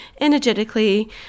energetically